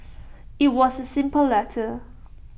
IT was A simple letter